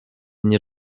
nie